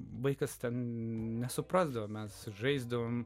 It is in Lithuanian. vaikas ten nesuprasdavome mes žaisdavome